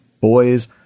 boys